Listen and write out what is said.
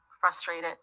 frustrated